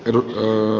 e jolla